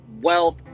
Wealth